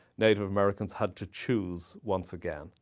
native americans had to choose once again.